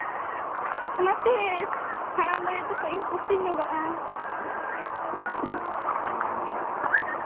ᱚᱱᱟᱛᱮ ᱦᱟᱲᱟᱢ ᱵᱟᱹᱨᱭᱟᱹᱛ ᱫᱚ ᱠᱟᱹᱡ ᱤᱧ ᱠᱩᱥᱤ ᱧᱚᱜᱟᱜᱼᱟ